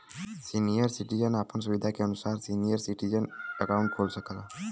senior citizen आपन सुविधा के अनुसार सीनियर सिटीजन अकाउंट खोल सकला